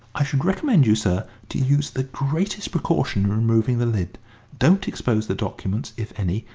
i should recommend you, sir, to use the greatest precaution in removing the lid don't expose the documents, if any,